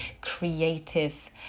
creative